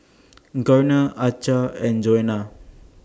Garner Achsah and Johanna